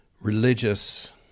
religious